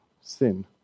sin